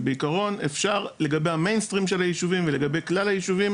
שבעיקרון אפשר לגבי המיינסטרים של היישובים ולגבי כלל היישובים